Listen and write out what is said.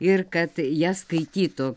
ir kad jas skaitytų